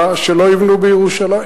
מסכימה שלא יבנו בירושלים?